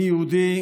אני יהודי,